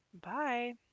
Bye